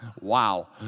wow